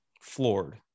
floored